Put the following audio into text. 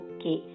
Okay